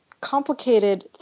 complicated